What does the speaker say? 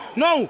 no